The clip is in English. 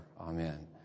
Amen